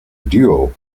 duo